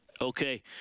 Okay